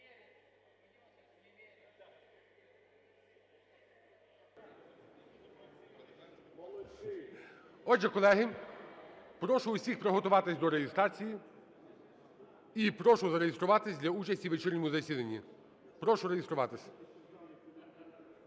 Отже, колеги, прошу всіх приготуватись до реєстрації і прошу зареєструватись для участі у вечірньому засіданні. Прошу реєструватись.